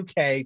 UK